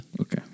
Okay